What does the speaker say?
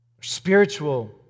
spiritual